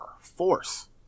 Force